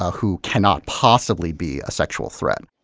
who cannot possibly be a sexual threat.